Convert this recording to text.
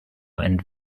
and